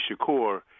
Shakur